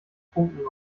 funken